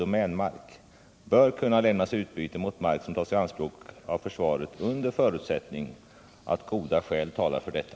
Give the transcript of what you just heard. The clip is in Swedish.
domänmark, bör kunna lämnas i utbyte mot mark som tas i anspråk av försvaret under förutsättning att goda skäl talar för detta.